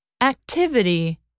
Activity